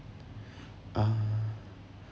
ah